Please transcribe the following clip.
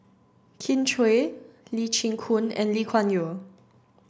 Kin Chui Lee Chin Koon and Lee Kuan Yew